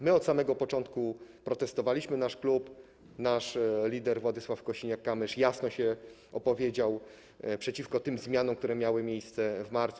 My od samego początku protestowaliśmy, nasz klub, nasz lider Władysław Kosiniak-Kamysz jasno się opowiedział przeciwko tym zmianom, które zostały przyjęte w marcu.